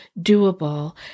doable